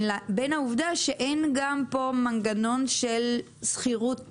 העובדה שאין פה מנגנון של שכירות הוגנת.